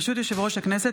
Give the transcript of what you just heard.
ברשות יושב-ראש הכנסת,